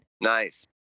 Nice